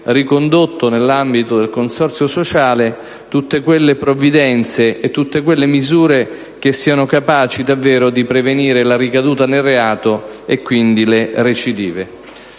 ricondotto nell'ambito del consorzio sociale tutte quelle provvidenze e tutte quelle misure che siano capaci davvero di prevenire la ricaduta nel reato e quindi le recidive.